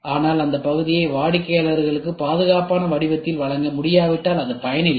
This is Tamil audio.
ஆனால் அந்த பகுதியை வாடிக்கையாளருக்கு பாதுகாப்பான வடிவத்தில் வழங்க முடியாவிட்டால் அது பயனில்லை